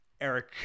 Eric